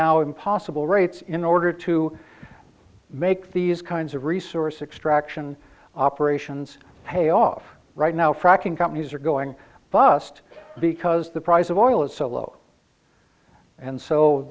now impossible rates in order to make these kinds of resource extract ssion operations pay off right now fracking companies are going bust because the price of oil is so low and so